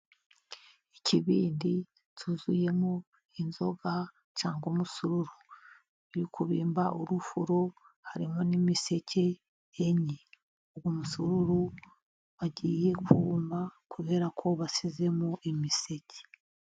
Ikibindi cyuzuyemo inzoga cyangwa umusururu biri kubimba urufuro, harimo n'imiseke enye , umusururu bagiye kuwunywa kuberako bashyizemo imiseke.